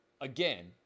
Again